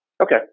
Okay